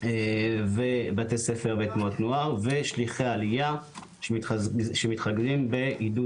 ובתי ספר ותנועות נוער ושליחי עלייה שמתרכזים בעידוד